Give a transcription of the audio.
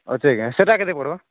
ଅଛି ଆଜ୍ଞା ସେଟା କେତେ ପଡ଼ିବ